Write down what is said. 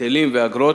היטלים ואגרות,